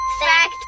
Fact